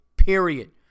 period